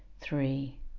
three